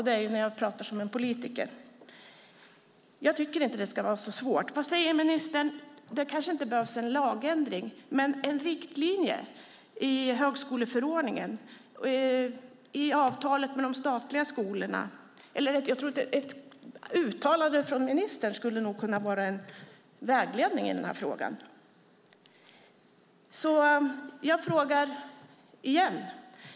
Det gör de när jag pratar som en politiker. Jag tycker inte att det ska vara så svårt. Vad säger ministern? Det kanske inte behövs en lagändring, men det skulle kunna vara en riktlinje i högskoleförordningen och i avtalet med de statliga skolorna. Jag tror att ett uttalande från ministern skulle kunna vara en vägledning i den här frågan. Jag frågar igen.